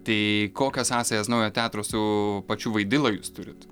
taai kokias sąsajas naujo teatro su pačiu vaidila jūs turit